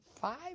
five